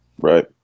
Right